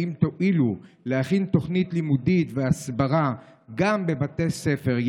האם תואילו להכין תוכנית לימודית והסברה גם בבתי ספר,